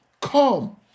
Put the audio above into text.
come